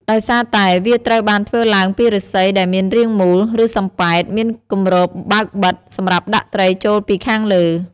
ដោយសារតែ វាត្រូវបានធ្វើឡើងពីឫស្សីដែលមានរាងមូល ឬសំប៉ែត មានគម្រប់បើកបិទ សម្រាប់ដាក់ត្រីចូលពីខាងលើ។